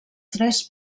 tres